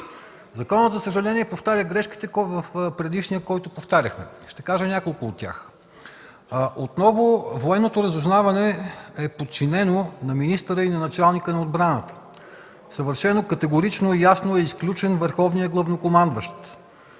законът, за съжаление, повтаря грешките от предишния. Ще кажа няколко от тях. Отново Военното разузнаване е подчинено на министъра и на началника на отбраната. Съвършено категорично и ясно е изключен върховният главнокомандващ.